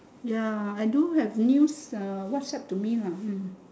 ya I don't have news uh WhatsApp to me lah hmm